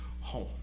home